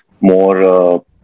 more